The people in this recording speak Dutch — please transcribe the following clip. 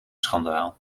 schandaal